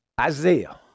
Isaiah